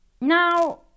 Now